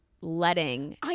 letting